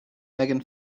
megan